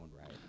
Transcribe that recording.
right